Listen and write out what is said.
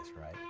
right